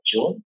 June